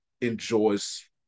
enjoys